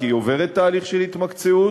כי היא עוברת תהליך של התמקצעות,